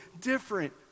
different